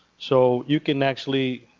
so you can actually,